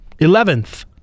Eleventh